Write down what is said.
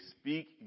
speak